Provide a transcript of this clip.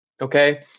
Okay